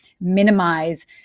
Minimize